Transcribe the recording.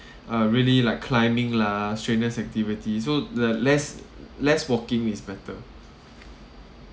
uh really like climbing lah strenuous activity so the less less walking is better